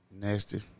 Nasty